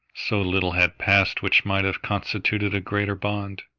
so little had passed which might have constituted a greater bond.